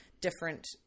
different